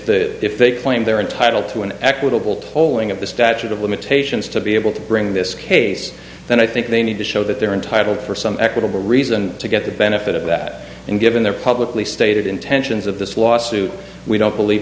the if they claim they're entitled to an equitable tolling of the statute of limitations to be able to bring this case then i think they need to show that they're entitled for some equitable reason to get the benefit of that and given their publicly stated intentions of this lawsuit we don't believe